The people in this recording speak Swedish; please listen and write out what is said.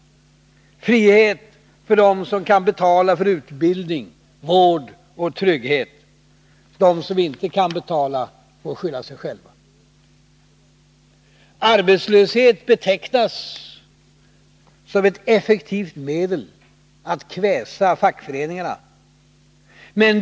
Frihet för dem som kan betala för utbildning, vård, trygghet. De som inte kan betala får skylla sig själva. Arbetslöshet betecknas som ett effektivt medel att kväsa fackföreningarna.